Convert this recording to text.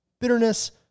bitterness